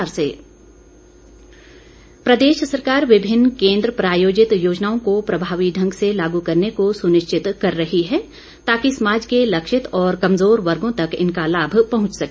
मुख्यमंत्री प्रदेश सरकार विभिन्न केंद्र प्रायोजित योजनाओं को प्रभावी ढंग से लागू करने को सुनिश्चित कर रही है ताकि समाज के लक्षित और कमजोर वर्गों तक इनका लाम पहंच सके